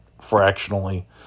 fractionally